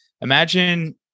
imagine